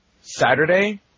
Saturday